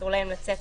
אסור להם לצאת,